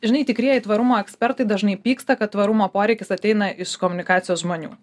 žinai tikrieji tvarumo ekspertai dažnai pyksta kad tvarumo poreikis ateina iš komunikacijos žmonių